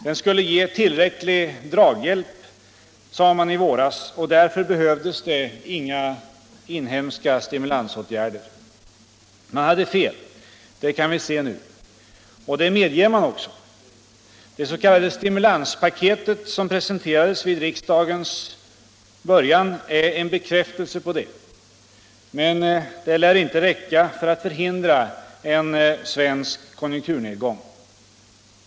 Den skulle ge tillräcklig draghjälp, sade man i våras, och därför behövdes det inga inhemska stimulansåtgärder. Man hade fel — det kan vi se nu. Och det medger man också. Det s.k. stimulanspaketet, som presenterades vid riksdagens början, är en bekräftelse på det. Men det lär inte räcka för att förhindra en svensk konjunkturnedgång.